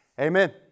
Amen